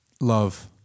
Love